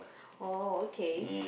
oh okay